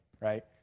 right